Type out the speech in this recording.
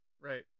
Right